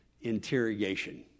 interrogation